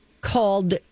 called